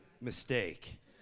Mistake